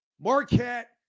Marquette